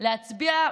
להצביע,